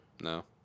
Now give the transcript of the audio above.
no